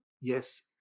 Yes